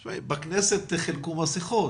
--- תשמעי, בכנסת חילקו מסכות.